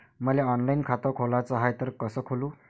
मले ऑनलाईन खातं खोलाचं हाय तर कस खोलू?